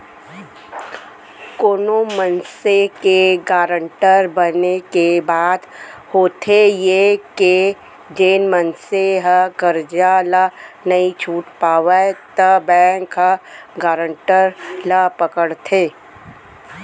कोनो मनसे के गारंटर बने के बाद होथे ये के जेन मनसे ह करजा ल नइ छूट पावय त बेंक ह गारंटर ल पकड़थे